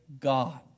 God